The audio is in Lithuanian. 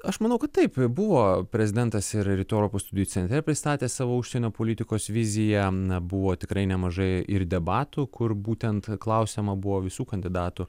aš manau kad taip buvo prezidentas ir rytų europos studijų centre pristatęs savo užsienio politikos viziją buvo tikrai nemažai ir debatų kur būtent klausiama buvo visų kandidatų